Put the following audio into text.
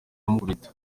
amukubita